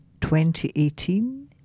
2018